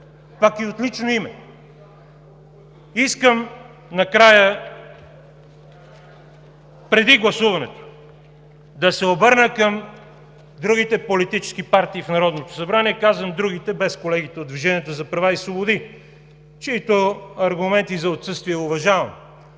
пък и от лично име. Искам накрая, преди гласуването, да се обърна към другите политически партии в Народното събрание, казвам „другите“, без колегите от „Движението за права и свободи“, чиито аргументи за отсъствие уважавам,